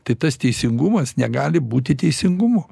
tai tas teisingumas negali būti teisingumu